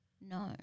No